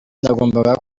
nagombaga